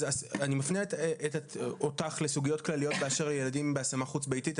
אני מפנה אותך לסוגיות כלליות באשר לילדים בהשמה חוץ-ביתית.